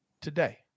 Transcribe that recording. today